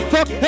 Fuck